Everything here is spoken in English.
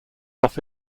off